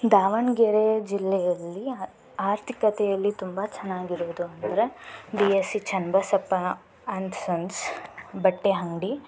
ದಾವಣಗೆರೆ ಜಿಲ್ಲೆಯಲ್ಲಿ ಆರ್ಥಿಕತೆಯಲ್ಲಿ ತುಂಬ ಚೆನ್ನಾಗಿರೋದು ಅಂದರೆ B S C Channabasappa and sons ಬಟ್ಟೆ ಅಂಗ್ಡಿ